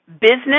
business